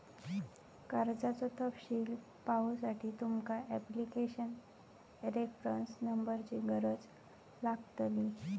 कर्जाचो तपशील पाहुसाठी तुमका ॲप्लीकेशन रेफरंस नंबरची गरज लागतली